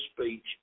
speech